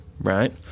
right